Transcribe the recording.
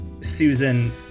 Susan